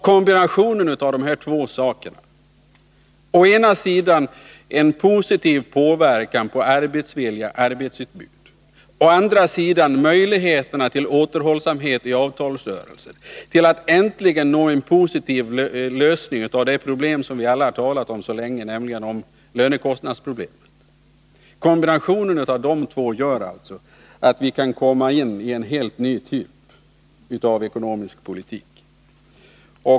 Kombinationen av å ena sidan en positiv påverkan på arbetsvilja och arbetsutbud och å andra sidan möjligheter till återhållsamhet i avtalsrörelserna, vilket äntligen kan bidra till en positiv lösning av det så länge omtalade lönekostnadsproblemet, gör att vi kan få en helt ny typ av ekonomisk politik.